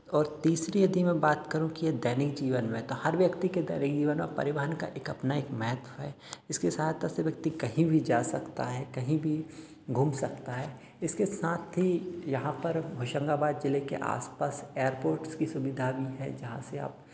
और तीसरी यदि मैं बात करूँ कि यह दैनिक जीवन में तो हर व्यक्ति के दैनिक जीवन में परिवहन का एक अपना एक महत्व है इसके साथ व्यक्ति कहीं भी जा सकता है कहीं भी घूम सकता है इसके साथ ही यहाँ पर होशंगाबाद जिले के आस पास एयरपोर्ट्स की सुविधा भी है जहाँ से आप